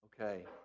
Okay